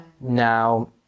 Now